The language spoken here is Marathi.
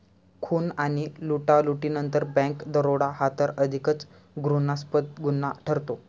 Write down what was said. खून आणि लुटालुटीनंतर बँक दरोडा हा तर अधिकच घृणास्पद गुन्हा ठरतो